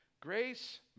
Grace